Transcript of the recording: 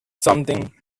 something